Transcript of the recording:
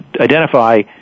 identify